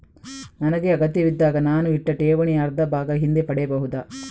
ನನಗೆ ಅಗತ್ಯವಿದ್ದಾಗ ನಾನು ಇಟ್ಟ ಠೇವಣಿಯ ಅರ್ಧಭಾಗ ಹಿಂದೆ ಪಡೆಯಬಹುದಾ?